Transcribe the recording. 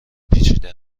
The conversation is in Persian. پیچیده